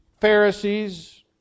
Pharisees